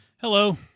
hello